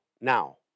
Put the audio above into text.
now